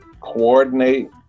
coordinate